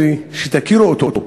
כדי שתכירו אותו.